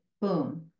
Boom